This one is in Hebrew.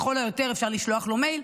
לכל היותר אפשר לשלוח לו מייל,